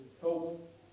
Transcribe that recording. help